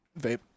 Vape